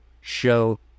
show